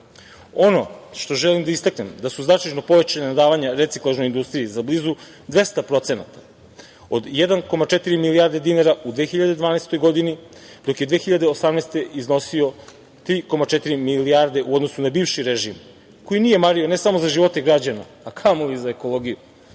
što želim da istaknem jeste da su značajno povećana davanja reciklažnoj industriji za blizu 200 procenata, od 1,4 milijarde dinara u 2012. godini, dok je 2018. godine iznosio 3,4 milijarde u odnosu na bivši režim, koji nije mario ne samo za živote građana, a kamoli za ekologiju. Banalan